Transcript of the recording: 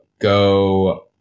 go